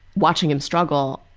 watching him struggle,